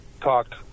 talked